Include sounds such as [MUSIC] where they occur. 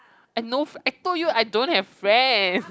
and no f~ I told you I don't have friend [LAUGHS]